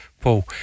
Paul